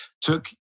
took